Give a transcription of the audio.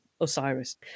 osiris